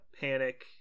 Panic